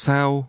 Sao